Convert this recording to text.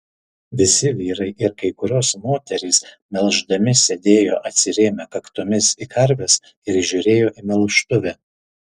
visi vyrai ir kai kurios moterys melždami sėdėjo atsirėmę kaktomis į karves ir žiūrėjo į melžtuvę